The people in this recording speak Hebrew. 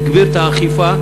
הגביר את האכיפה,